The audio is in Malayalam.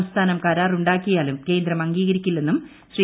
സംസ്ഥാനം കരാറുണ്ടാക്കിയാലും കേന്ദ്രം അംഗീകരിക്കില്ലെന്നും ശ്രീ